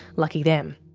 lucky them.